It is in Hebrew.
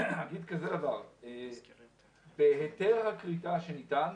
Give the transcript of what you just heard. אומר שבהיתר הכריתה שניתן,